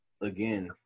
Again